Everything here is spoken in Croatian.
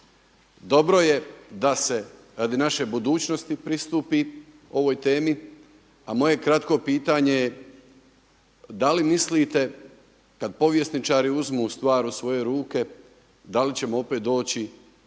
dobro je da se radi naše budućnosti pristupi ovoj temi. A moje kratko pitanje je, da li mislite kada povjesničari uzmu stvar u svoje ruke da li ćemo opet doći